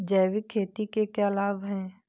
जैविक खेती के क्या लाभ हैं?